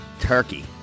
turkey